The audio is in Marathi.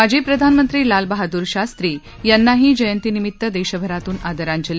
माजी प्रधानमंत्री लालबहादूर शास्त्री यांनाही जयंतीनिमित्त देशभरातून आदरांजली